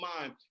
mind